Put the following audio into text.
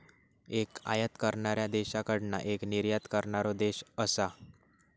एक आयात करणाऱ्या देशाकडना एक निर्यात करणारो देश असा